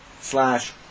slash